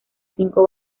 cinco